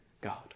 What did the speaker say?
God